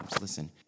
Listen